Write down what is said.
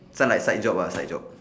this one like side job lah side job